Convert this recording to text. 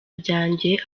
ryanjye